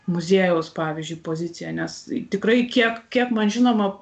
muziejaus pavyzdžiui poziciją nes tikrai kiek kiek man žinoma